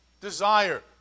Desire